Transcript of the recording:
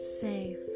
safe